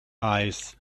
eyes